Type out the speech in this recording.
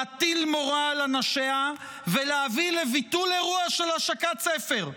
להטיל מורא על אנשיה ולהביא לביטול אירוע של השקת ספר.